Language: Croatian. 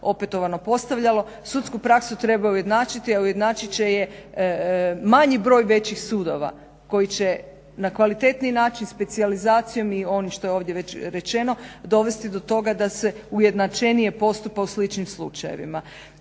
opetovano postavljalo. Sudsku praksu treba ujednačiti, a ujednačit će je manji broj većih sudova koji će na kvalitetniji način specijalizacijom i onim što je ovdje već rečeno dovesti do toga da se ujednačenije postupa u sličnim slučajevima.